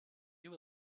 you